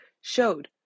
showed